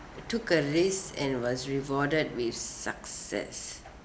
took a risk and was rewarded with success